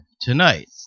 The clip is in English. Tonight